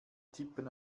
tippen